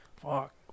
Fuck